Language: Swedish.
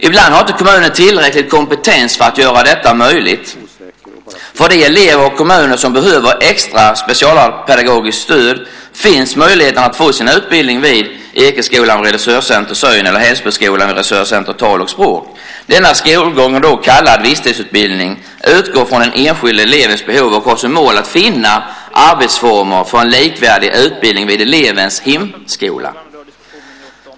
Ibland har inte kommunen tillräcklig kompetens för att göra detta möjligt. För de elever och kommuner som behöver extra specialpedagogiskt stöd finns möjlighet till utbildning vid Ekeskolan, vid Resurscenter syn, eller Hällsboskolan, vid Resurscenter tal och språk. Denna skolgång, kallad visstidsutbildning, utgår från den enskilda elevens behov och har som mål att finna arbetsformer för en likvärdig utbildning vid elevens hemskola.